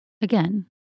Again